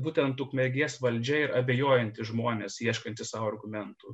būtent ukmergės valdžia ir abejojantys žmonės ieškantys sau argumentų